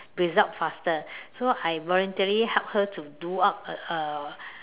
result faster so I voluntarily helped her to do up a a